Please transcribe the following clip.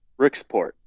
Rick'sport